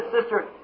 Sister